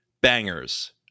Bangers